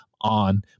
on